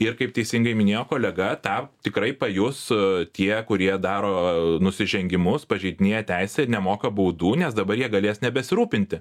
ir kaip teisingai minėjo kolega tą tikrai pajus tie kurie daro nusižengimus pažeidinėja teisę ir nemoka baudų nes dabar jie galės nebesirūpinti